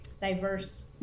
diverse